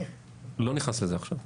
לא נכנס לזה עכשיו.